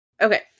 Okay